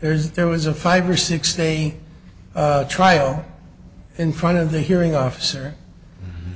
there's there was a five or six day trial in front of the hearing officer